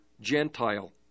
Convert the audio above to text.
Gentile